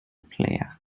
player